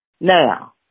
Now